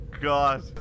god